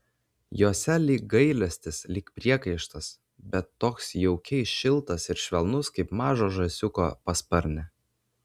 jose lyg gailestis lyg priekaištas bet toks jaukiai šiltas ir švelnus kaip mažo žąsiuko pasparnė